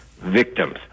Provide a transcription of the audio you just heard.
victims